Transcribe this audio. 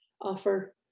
offer